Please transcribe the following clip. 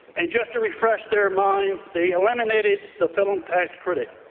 and just to refresh their minds, they eliminated the film tax credit.